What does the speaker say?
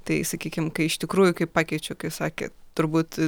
tai sakykim kai iš tikrųjų kai pakeičiau kai sakė turbūt